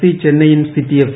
C Chennaiyin City F